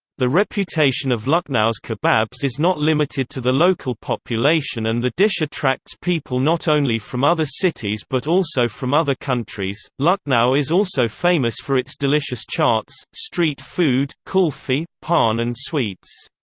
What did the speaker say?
the reputation of lucknow's kebabs is not limited to the local population and the dish attracts people not only from other cities but also from other countries lucknow is also famous for its delicious chaats, street food, kulfi, paan and sweets.